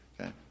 okay